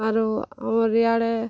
ଆରୁ ଆମର୍ ଇଆଡ଼େ